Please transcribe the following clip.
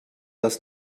das